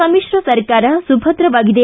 ಸಮಿತ್ರ ಸರಕಾರ ಸುಭದ್ರವಾಗಿದೆ